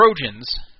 Trojans